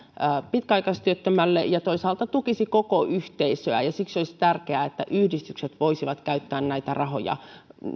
pitkäaikaistyöttömälle ja toisaalta tukisi koko yhteisöä ja siksi olisi tärkeää että yhdistykset voisivat käyttää näitä rahoja